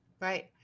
right